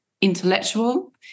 intellectual